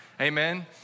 Amen